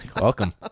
welcome